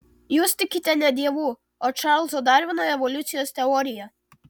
jūs tikite ne dievu o čarlzo darvino evoliucijos teorija